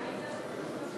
הצעת